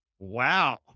Wow